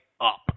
up